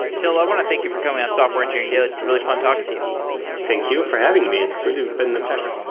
till, i want to thank you for coming on software engineering daily. it's been really fun talking to you thank you for having me. it's really been a pleasure.